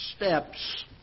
steps